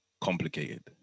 complicated